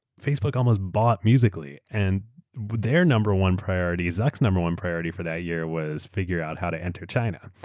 facebook almost bought musical. ly and their number one priority, zuckaeurs number one priority for that year was figure out how to enter china.